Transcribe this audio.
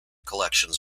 collections